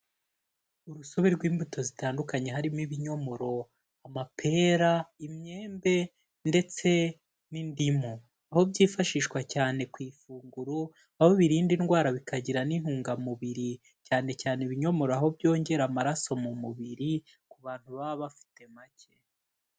Urusobe rw'imbuto zitandukanye harimo ibinyomoro, amapera, imyembe ndetse n'indimu, aho byifashishwa cyane ku ifunguro, aho birinda indwara bikagira n'intungamubiri cyane cyane ibinyomoro aho byongera amaraso mu mubiri, ku bantu baba bafite make.